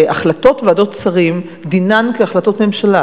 הרי החלטות ועדות שרים דינן כהחלטות ממשלה,